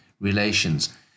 relations